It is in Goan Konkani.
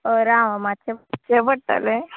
राव आ मातशें सादचें पडटलें